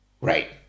Right